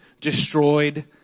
destroyed